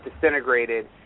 disintegrated